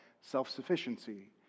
self-sufficiency